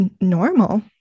normal